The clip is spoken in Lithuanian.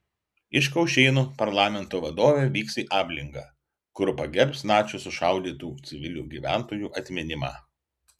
iš kaušėnų parlamento vadovė vyks į ablingą kur pagerbs nacių sušaudytų civilių gyventojų atminimą